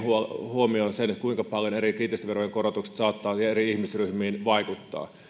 huomioon sen kuinka paljon eri kiinteistöverojen korotukset saattavat eri ihmisryhmiin vaikuttaa